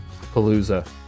Palooza